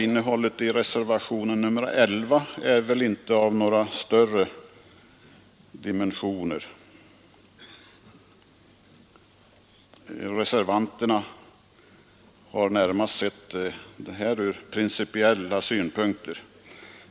Innehållet i reservationen 11 är väl inte av några större dimensioner. Reservanterna har närmast sett det här ur principiella synpunkter.